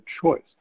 choice